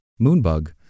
Moonbug